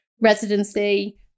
residency